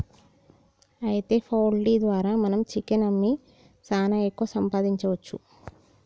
అయితే పౌల్ట్రీ ద్వారా మనం చికెన్ అమ్మి సాన ఎక్కువ సంపాదించవచ్చు